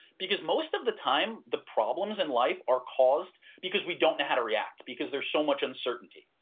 because most of the time the problems in life are caused because we don't know how to react, because there are so much uncertainty.